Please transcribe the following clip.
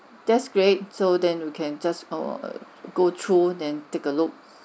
that's great so then we can just err go through then take a look